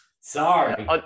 Sorry